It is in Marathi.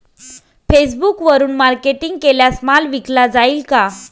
फेसबुकवरुन मार्केटिंग केल्यास माल विकला जाईल का?